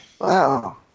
Wow